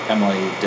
Emily